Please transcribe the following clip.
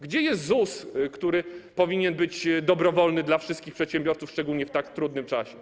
Gdzie jest ZUS, który powinien być dobrowolny dla wszystkich przedsiębiorców, szczególnie w tak trudnym czasie?